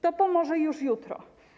To pomoże już jutro.